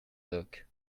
look